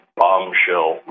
bombshell